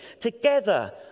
Together